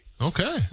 Okay